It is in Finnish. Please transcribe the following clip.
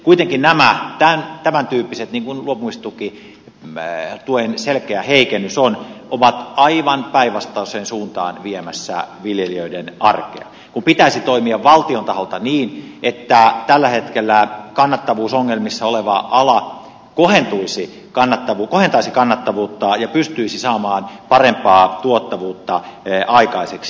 kuitenkin nämä tämäntyyppiset niin kuin luopumistuen selkeä heikennys on ovat aivan päinvastaiseen suuntaan viemässä viljelijöiden arkea kun pitäisi toimia valtion taholta niin että tällä hetkellä kannattavuusongelmissa oleva ala kohentaisi kannattavuutta ja pystyisi saamaan parempaa tuottavuutta aikaiseksi